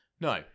No